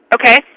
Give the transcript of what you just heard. Okay